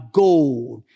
gold